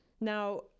Now